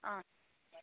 অঁ